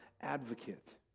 advocate